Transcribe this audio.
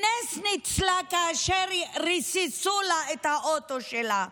ניצלה בנס כאשר ריססו את האוטו שלה.